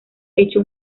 hecho